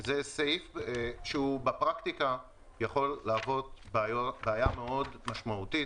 זה סעיף שבפרקטיקה עלול להוות בעיה מאוד משמעותית.